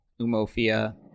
Umofia